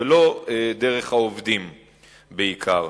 ולא דרך העובדים בעיקר,